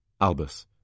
Albus